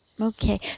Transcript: Okay